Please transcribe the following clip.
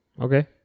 Okay